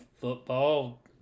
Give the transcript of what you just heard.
football